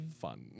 fun